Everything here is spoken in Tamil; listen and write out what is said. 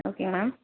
ஓகேங்க மேம்